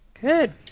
Good